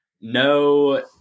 no